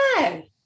No